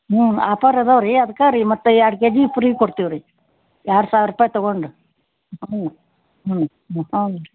ಹ್ಞೂ ಆ ಥರ ಇದಾವ್ ರೀ ಅದ್ಕೆ ರೀ ಮತ್ತೆ ಎರಡು ಕೆ ಜಿ ಪ್ರೀ ಕೊಡ್ತೀವಿ ರೀ ಎರಡು ಸಾವಿರ ರೂಪಾಯಿ ತೊಗೊಂಡರೆ ಹ್ಞೂ ಹ್ಞೂ ಹ್ಞೂ ಹ್ಞೂ ರೀ